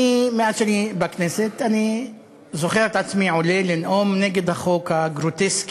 מאז אני בכנסת אני זוכר את עצמי עולה לנאום נגד החוק הגרוטסקי,